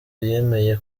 yemeye